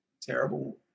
terrible